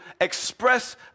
express